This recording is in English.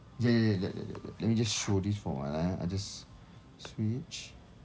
jap jap jap jap jap let me just show this for a while eh I just switch